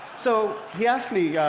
so he asked me